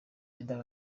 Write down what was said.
parezida